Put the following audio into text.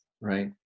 Right